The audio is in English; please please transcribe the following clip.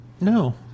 no